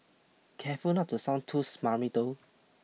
careful not to sound too smarmy though